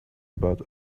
about